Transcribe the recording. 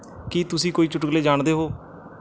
ਕੀ ਤੁਸੀਂ ਕੋਈ ਚੁਟਕਲੇ ਜਾਣਦੇ ਹੋ